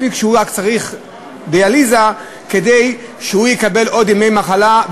מספיק שהוא צריך דיאליזה כדי שהוא יקבל עוד ימי מחלה,